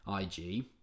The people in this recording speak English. IG